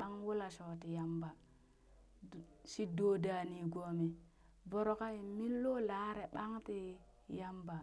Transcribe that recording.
Ɓang wula shooti yamba dd shi do da nigomi voro ka in millo lare ɓang ti yamba